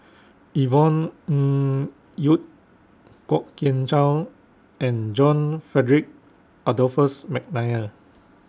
Yvonne Ng Uhde Kwok Kian Chow and John Frederick Adolphus Mcnair